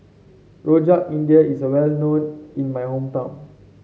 Rojak India is well known in my hometown